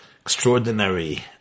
extraordinary